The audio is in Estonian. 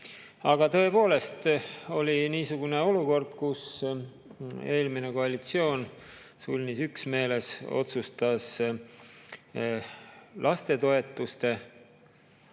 Aga tõepoolest oli niisugune olukord, kus eelmine koalitsioon sulnis üksmeeles otsustas lastetoetuste